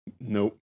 Nope